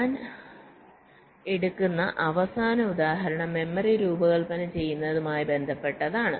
ഞാൻ എടുക്കുന്ന അവസാന ഉദാഹരണം മെമ്മറി രൂപകൽപ്പന ചെയ്യുന്നതുമായി ബന്ധപ്പെട്ടതാണ്